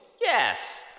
Yes